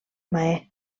mahé